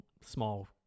small